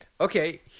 Okay